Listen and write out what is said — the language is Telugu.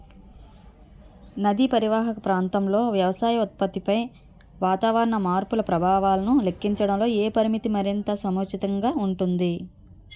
నదీ పరీవాహక ప్రాంతంలో వ్యవసాయ ఉత్పత్తిపై వాతావరణ మార్పుల ప్రభావాలను లెక్కించడంలో ఏ పరామితి మరింత సముచితంగా ఉంటుంది?